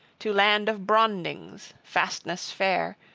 to land of brondings, fastness fair,